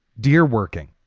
dear working,